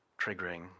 triggering